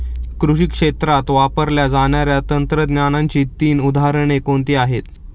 कृषी क्षेत्रात वापरल्या जाणाऱ्या तंत्रज्ञानाची तीन उदाहरणे कोणती आहेत?